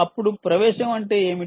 అప్పుడు ప్రవేశం అంటే ఏమిటి